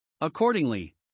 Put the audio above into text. Accordingly